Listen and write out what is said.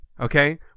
Okay